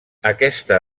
aquesta